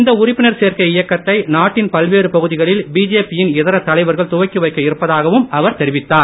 இந்த உறுப்பினர் சேர்க்கை இயக்கத்தை நாட்டின் பல்வேறு பகுதிகளில் பிஜேபியின் இதர தலைவர்கள் துவக்கி வைக்க இருப்பதாகவும் அவர் தெரிவித்தார்